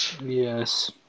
yes